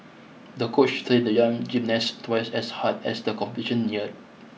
the coach trained the young gymnast twice as hard as the competition neared